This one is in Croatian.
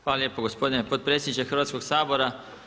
Hvala lijepo gospodine potpredsjedniče Hrvatskog sabora.